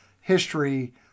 history